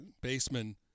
baseman